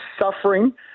suffering